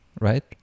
Right